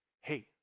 Hey